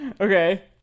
Okay